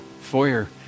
foyer